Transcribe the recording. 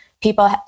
people